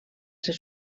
ser